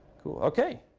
cool. ok.